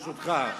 ברשותך,